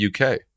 UK